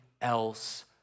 else